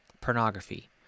Pornography